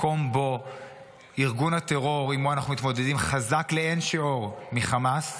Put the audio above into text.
מקום שבו ארגון הטרור שעימו אנחנו מתמודדים חזק לאין שיעור מחמאס,